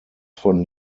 von